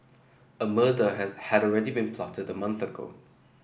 a murder had had already been plotted a month ago